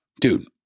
Dude